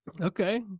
Okay